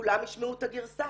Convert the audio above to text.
כולם ישמעו את הגרסה.